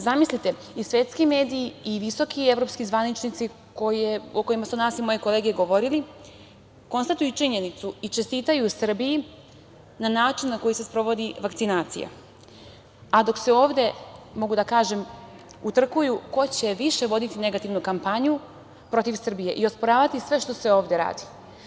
Zamislite, i svetski mediji i visoki evropski zvaničnici o kojima su danas i moje kolege govorile konstatuju činjenicu i čestitaju Srbiji na načinu na koji se sprovodi vakcinacija, dok se ovde, mogu da kažem, utrkuju ko će više voditi negativnu kampanju protiv Srbije i osporavati sve što se ovde radi.